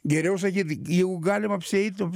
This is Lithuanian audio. geriau sakyt jeigu galim apsieit